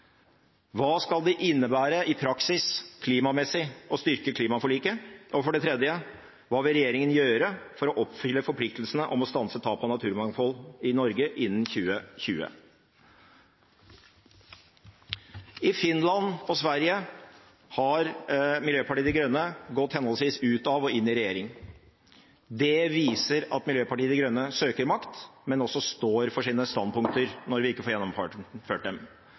Hva skal det innebære i praksis – klimamessig – å styrke klimaforliket? Og for det tredje: Hva vil regjeringen gjøre for å oppfylle forpliktelsene om å stanse tap av naturmangfold i Norge innen 2020? I Finland og Sverige har Miljøpartiet De Grønne gått henholdsvis ut av og inn i regjering. Det viser at Miljøpartiet De Grønne søker makt, men også står for sine standpunkter når vi ikke får gjennomført dem.